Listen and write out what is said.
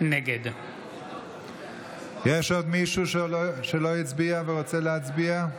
נגד יש עוד מישהו שלא הצביע ורוצה להצביע?